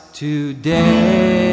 today